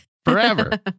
forever